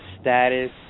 status